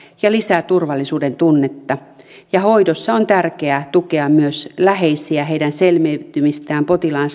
ja lisää turvallisuudentunnetta ja hoidossa on tärkeää tukea myös läheisiä heidän selviytymistään potilaan